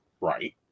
Right